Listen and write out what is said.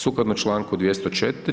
Sukladno čl. 204.